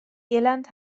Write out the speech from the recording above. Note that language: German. irland